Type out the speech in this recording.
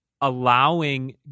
allowing